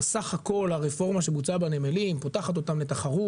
בסך הכול הרפורמה שבוצעה בנמלים פותחת אותם לתחרות.